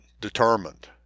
determined